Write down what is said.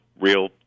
real